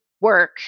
work